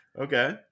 Okay